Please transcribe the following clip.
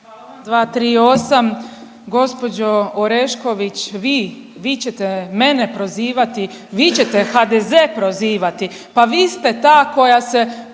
Majda (HDZ)** 238. gospođo Orešković, vi, vi ćete mene prozivati, vi ćete HDZ prozivati? Pa vi ste ta koja se